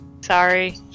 sorry